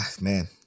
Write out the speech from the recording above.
man